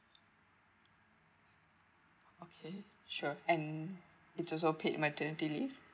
okay sure and it's also paid maternity leave